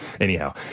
anyhow